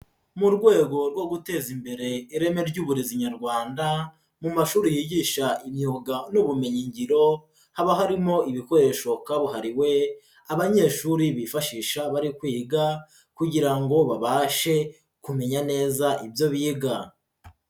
Mu rwego rwo guteza imbere ireme ry'uburezi Nyarwanda, mu mashuri yigisha imyuga n'ubumenyi ngiro, haba harimo ibikoresho kabuhariwe, abanyeshuri bifashisha bari kwiga, kugira ngo babashe kumenya neza ibyo biga.